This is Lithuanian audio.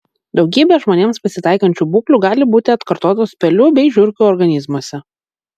daugybė žmonėms pasitaikančių būklių gali būti atkartotos pelių bei žiurkių organizmuose